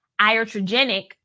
iatrogenic